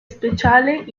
speciale